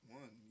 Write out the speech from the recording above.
one